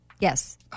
Yes